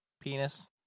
Penis